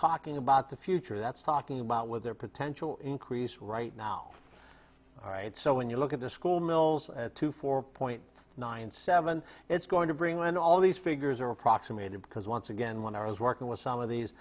talking about the future that's talking about with their potential increase right now all right so when you look at the school mills to four point nine seven it's going to bring when all these figures are approximated because once again when i was working with some of these